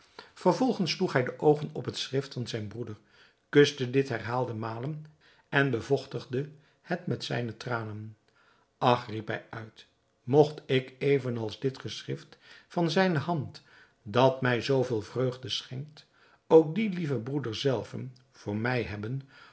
vervolgens sloeg hij de oogen op het schrift van zijn broeder kuste dit herhaalde malen en bevochtigde het met zijne tranen ach riep hij uit mogt ik even als dit geschrift van zijne hand dat mij zoo veel vreugde schenkt ook dien lieven broeder zelven voor mij hebben